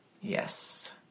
Yes